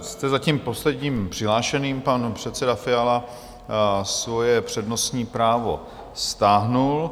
Jste zatím posledním přihlášeným, pan předseda Fiala svoje přednostní právo stáhl.